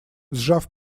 сжав